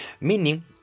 meaning